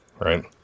right